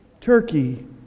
Turkey